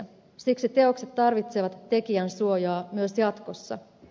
siksi teokset tarvitsevat tekijänsuojaa myös jatkossa